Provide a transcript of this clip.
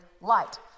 light